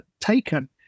Taken